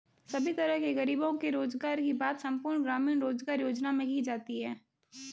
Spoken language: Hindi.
सभी तरह के गरीबों के रोजगार की बात संपूर्ण ग्रामीण रोजगार योजना में की जाती है